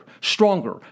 stronger